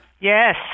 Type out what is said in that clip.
Yes